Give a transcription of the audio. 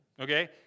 okay